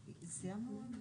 אוצר,